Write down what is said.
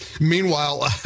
Meanwhile